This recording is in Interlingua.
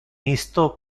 isto